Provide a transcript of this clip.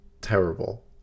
terrible